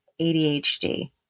ADHD